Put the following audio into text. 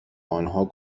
آنها